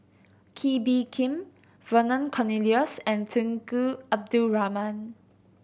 Kee Bee Khim Vernon Cornelius and Tunku Abdul Rahman